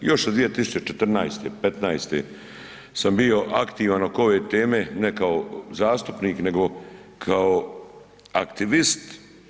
Još od 2014., 15., sam bio aktivan oko ove teme, ne kao zastupnik nego kao aktivist.